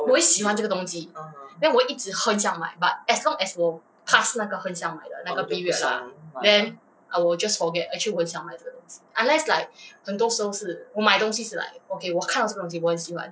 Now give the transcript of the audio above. oh I see (uh huh) oh 就不想买